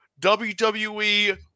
WWE